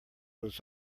was